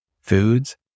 Foods